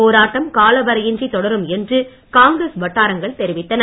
போராட்டம் காலவரையின்றி தொடரும் என்று காங்கிரஸ் வட்டாரங்கள் தெரிவித்தன